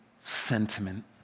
sentiment